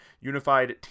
unified